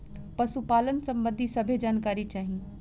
पशुपालन सबंधी सभे जानकारी चाही?